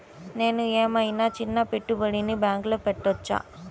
నేను ఏమయినా చిన్న పెట్టుబడిని బ్యాంక్లో పెట్టచ్చా?